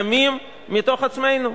קמים מתוך עצמנו,